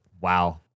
Wow